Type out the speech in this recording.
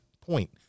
point